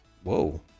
whoa